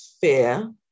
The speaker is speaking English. fear